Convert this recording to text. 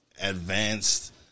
advanced